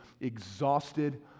exhausted